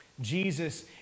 Jesus